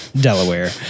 Delaware